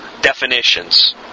definitions